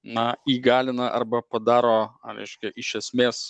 na įgalina arba padaro reiškia iš esmės